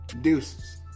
Deuces